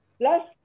Plus